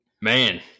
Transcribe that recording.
Man